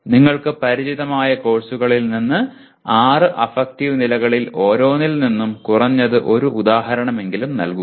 നിങ്ങൾക്ക് പരിചിതമായ കോഴ്സുകളിൽ നിന്ന് ആറ് അഫക്റ്റീവ് നിലകളിൽ ഓരോന്നിൽ നിന്നും കുറഞ്ഞത് ഒരു ഉദാഹരണമെങ്കിലും നൽകുക